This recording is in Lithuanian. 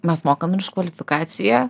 mes mokam ir už kvalifikaciją